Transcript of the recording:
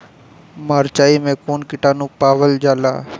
मारचाई मे कौन किटानु पावल जाला?